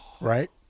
Right